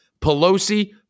Pelosi